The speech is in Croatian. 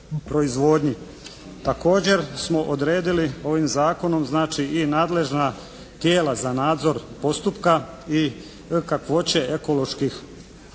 Također smo odredili ovim Zakonom znači i nadležna tijela za nadzor postupka i kakvoće ekoloških proizvoda.